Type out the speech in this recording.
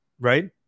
right